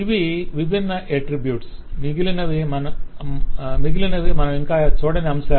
ఇవి విభిన్న అట్ట్రిబ్యూట్స్ మిగిలినవి మనం ఇంకా చూడని అంశాలు